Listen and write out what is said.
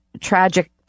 tragic